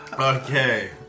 Okay